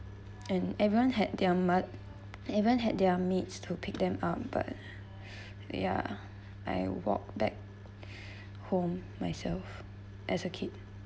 and everyone had their mot~ everyone had their maid to pick them up but ya I walk back home myself as a kid